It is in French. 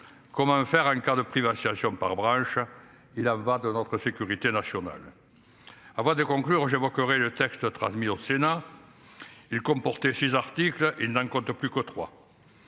Comment faire en cas de privatisation par branche. Il en va de notre sécurité nationale. Avant de conclure, j'évoquerai le texte transmis au Sénat. Il comportait articles, il n'en compte plus que 3.